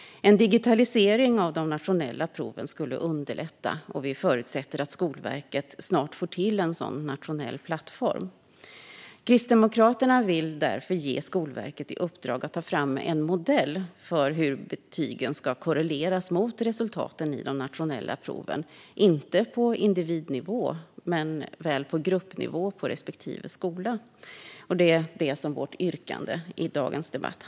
Digitalisering av de nationella proven skulle underlätta, och vi förutsätter att Skolverket snart får till en sådan nationell plattform. Kristdemokraterna vill därför ge Skolverket i uppdrag att ta fram en modell för hur betygen ska korreleras mot resultaten i de nationella proven, inte på individnivå men väl på gruppnivå för respektive skola. Om det handlar vårt yrkande i dagens debatt.